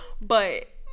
But-